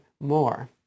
more